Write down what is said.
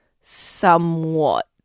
somewhat